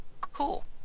Cool